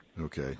Okay